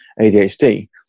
ADHD